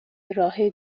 راه